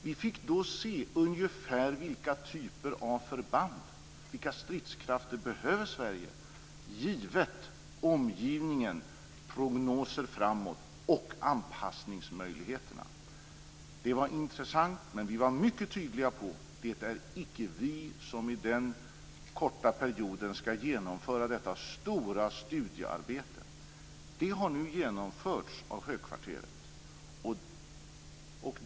Vi fick då se ungefär vilka typer av förband, vilka stridskrafter, som Sverige behöver, givet omgivningen, prognoser framåt och anpassningsmöjligheterna. Det var intressant, men vi var mycket tydliga på den punkten att det icke är vi som i den korta perioden skall genomföra detta stora studiearbete. Det har nu genomförts av Högkvarteret.